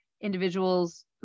individuals